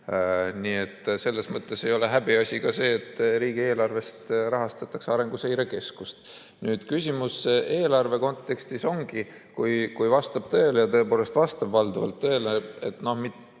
häbiasi. Selles mõttes ei ole häbiasi ka see, et riigieelarvest rahastatakse Arenguseire Keskust. Nüüd, küsimus eelarve kontekstis tekibki, kui vastab tõele – ja tõepoolest vastab valdavalt tõele, see on